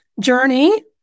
journey